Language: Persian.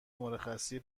مرخصی